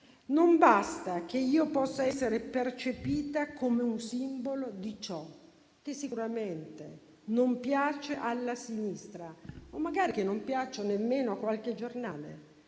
Non basta che io possa essere percepita come un simbolo di ciò che sicuramente non piace alla sinistra o che magari non piace nemmeno a qualche giornale,